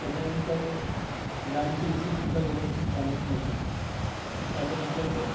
त्याच्यानंतर गाडीची A C सुद्धा व्यवस्थित चालत नव्हती त्याच्यानंतर